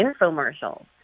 infomercials